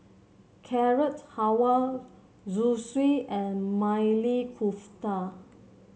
Carrot Halwa Zosui and Maili Kofta